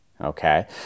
Okay